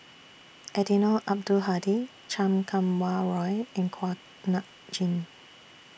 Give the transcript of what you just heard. Eddino Abdul Hadi Chan Kum Wah Roy in Kuak Nam Jin